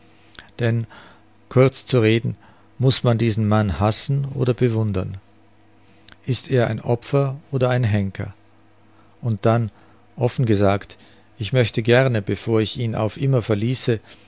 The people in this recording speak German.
denn kurz zu reden muß man diesen mann hassen oder bewundern ist er ein opfer oder ein henker und dann offen gesagt ich möchte gerne bevor ich ihn auf immer verließe